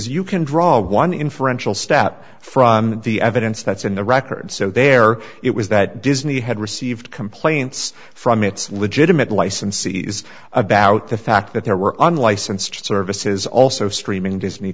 you can draw one inferential stat from the evidence that's in the record so there it was that disney had received complaints from its legitimate licensees about the fact that there were unlicensed services also streaming disney